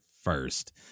first